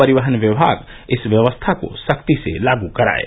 परिवहन विभाग इस व्यवस्था को सख्ती से लागू कराये